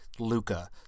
Luca